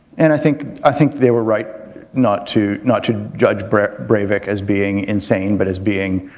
and i think i think they were right not to not to judge breivik breivik as being insane but as being.